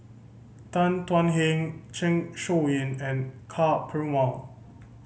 Tan Thuan Heng Zeng Shouyin and Ka Perumal